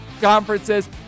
conferences